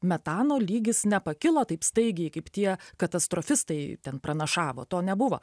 metano lygis nepakilo taip staigiai kaip tie katastrofistai ten pranašavo to nebuvo